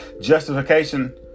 Justification